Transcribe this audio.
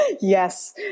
yes